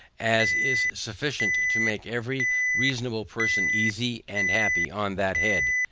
as is sufficient to make every reasonable person easy and happy on that head.